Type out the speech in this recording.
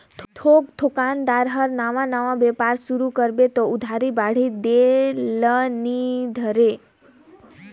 थोक दोकानदार हर नावा नावा बेपार सुरू करबे त उधारी बाड़ही देह ल नी धरे